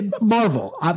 Marvel